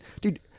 Dude